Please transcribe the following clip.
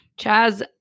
Chaz